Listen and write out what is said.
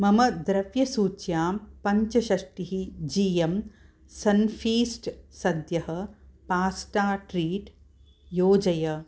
मम द्रव्यसूच्यां पञ्चषष्टिः जी एम् सन्फीस्ट् सद्यः पास्टा ट्रीट् योजय